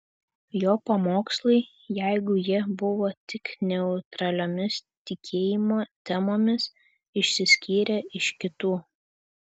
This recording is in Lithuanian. jo pamokslai jeigu jie buvo tik neutraliomis tikėjimo temomis išsiskyrė iš kitų